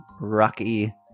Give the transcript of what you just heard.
Rocky